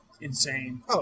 insane